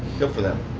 good for them.